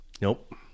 Nope